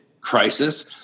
crisis